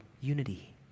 unity